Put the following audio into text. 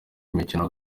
imikino